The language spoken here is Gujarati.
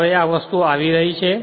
હવે આ વસ્તુઓ આવી રહી છે